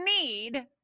need